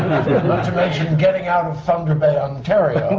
mention getting out of thunder bay, ontario.